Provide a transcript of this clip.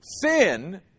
sin